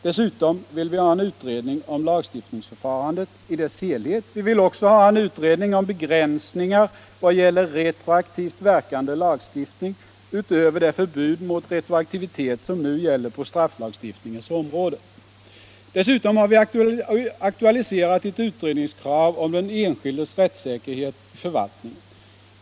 Dessutom vill vi ha en utredning om lagstiftningsförfarandet i dess helhet. Vi vill också ha en utredning om begränsningar vad gäller retroaktivt verkande lagstiftning utöver det förbud mot retroaktivitet som nu gäller på strafflagstiftningens område. Dessutom har vi aktualiserat ett utredningskrav i frågan om den enskildes rättssäkerhet i förvaltningen.